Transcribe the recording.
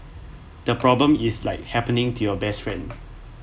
the problem is like happening to your best friend